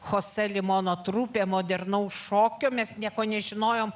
chose limono trupė modernaus šokio mes nieko nežinojom